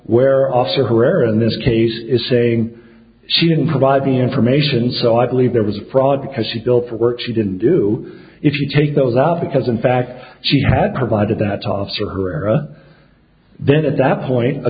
where officer herrera in this case is saying she didn't provide the information so i believe there was fraud because she built for work she didn't do if you take those out because in fact she had provided that tossed her a then at that point